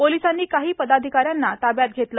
पोलिसांनी काही पदाधिकाऱ्यांना ताब्यात घेतलं